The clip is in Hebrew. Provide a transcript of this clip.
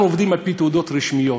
אנחנו עובדים על-פי תעודות רשמיות.